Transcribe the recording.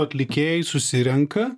atlikėjai susirenka